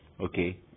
Okay